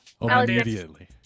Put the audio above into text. immediately